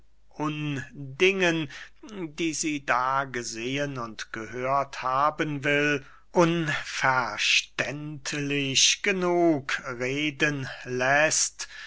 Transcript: undingen die sie da gesehen und gehört haben will unverständlich genug reden läßt